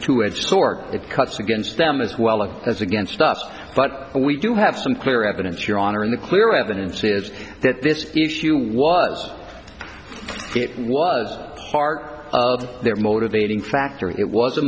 it cuts against them as well as against us but we do have some clear evidence your honor in the clear evidence is that this issue was it was part of their motivating factor it was a